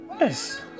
Yes